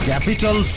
Capital